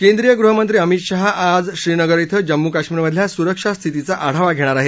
केंद्रीय गृहमंत्री अमित शहा आज श्रीनगर इथं जम्मू काश्मीरमधल्या सुरक्षा स्थितीचा आढावा घेणार आहेत